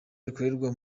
rikorerwa